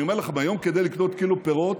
אני אומר לכם, היום כדי לקנות קילו פירות